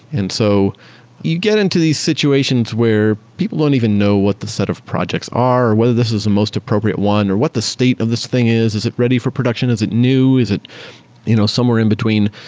and so you get into these situations where people don't even know what the set of projects are, or whether this is the most appropriate one, or what the state of this thing is. is it ready for production? is it new? is it you know somewhere in between?